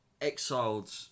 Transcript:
exiled